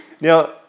Now